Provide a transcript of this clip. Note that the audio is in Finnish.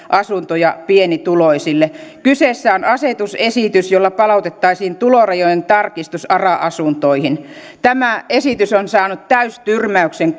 asuntoja pienituloisille kyseessä on asetusesitys jolla palautettaisiin tulorajojen tarkistus ara asuntoihin tämä esitys on saanut täystyrmäyksen